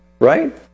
Right